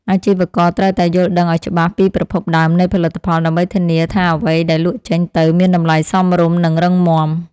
អាជីវករត្រូវតែយល់ដឹងឱ្យច្បាស់ពីប្រភពដើមនៃផលិតផល ដើម្បីធានាថាអ្វីដែលលក់ចេញទៅមានតម្លៃសមរម្យនិងរឹងមាំ។